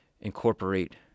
incorporate